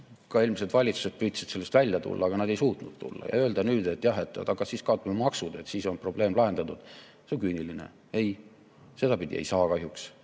ka eelmised valitsused püüdsid sellest välja tulla, aga nad ei suutnud tulla. Ja öelda nüüd, et kaotame maksud, siis on probleem lahendatud – see on küüniline. Ei, sedapidi ei saa kahjuks.